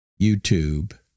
YouTube